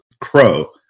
crow